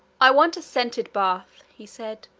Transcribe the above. i want a scented bath, he said,